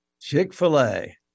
chick-fil-a